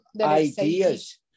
ideas